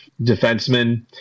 defenseman